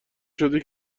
شده